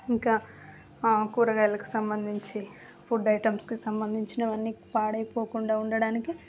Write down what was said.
ఇంకా ఆ కూరగాయలకు సంబంధించి ఫుడ్ ఐటమ్స్కి సంబంధించినవన్ని పాడైపోకుండా ఉండడానికి